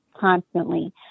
constantly